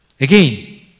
Again